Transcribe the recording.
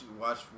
watch